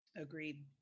agreed